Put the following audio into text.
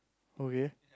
okay